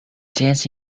dance